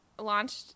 launched